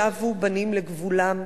"שבו בנים לגבולם"